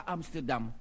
Amsterdam